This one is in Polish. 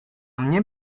mnie